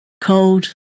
cold